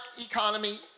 economy